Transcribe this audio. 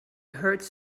hurts